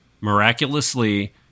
miraculously